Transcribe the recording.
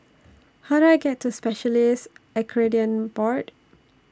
How Do I get to Specialists Accreditation Board